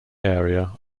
area